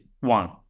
one